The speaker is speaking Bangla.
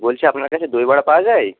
বলছি আপনার কাছে দইবড়া পাওয়া যায়